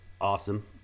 awesome